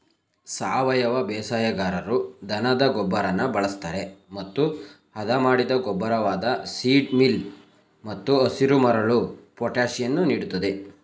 ಸಾವಯವ ಬೇಸಾಯಗಾರರು ದನದ ಗೊಬ್ಬರನ ಬಳಸ್ತರೆ ಮತ್ತು ಹದಮಾಡಿದ ಗೊಬ್ಬರವಾದ ಸೀಡ್ ಮೀಲ್ ಮತ್ತು ಹಸಿರುಮರಳು ಪೊಟ್ಯಾಷನ್ನು ನೀಡ್ತದೆ